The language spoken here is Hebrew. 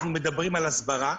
אנחנו מדברים על הסברה,